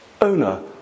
owner